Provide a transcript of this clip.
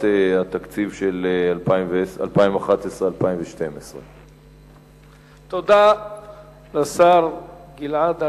התקציב של 2011 2012. תודה לשר גלעד ארדן.